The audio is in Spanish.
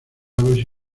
aves